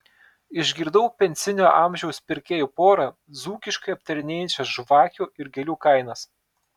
išgirdau pensinio amžiaus pirkėjų porą dzūkiškai aptarinėjančią žvakių ir gėlių kainas